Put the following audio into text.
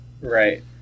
Right